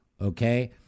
okay